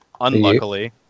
Unluckily